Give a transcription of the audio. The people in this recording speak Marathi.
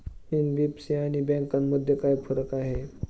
एन.बी.एफ.सी आणि बँकांमध्ये काय फरक आहे?